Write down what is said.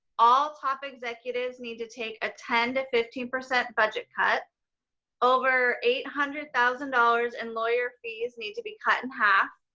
all top executives need to take a ten to fifteen percent budget cut over eight hundred thousand dollars in lawyer fees need to be cut in half,